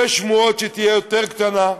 יש שמועות שתהיה יותר קטנה.